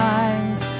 eyes